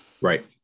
right